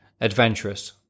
Adventurous